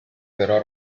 però